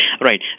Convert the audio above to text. Right